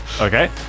Okay